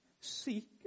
Seek